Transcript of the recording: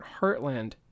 heartland